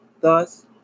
Thus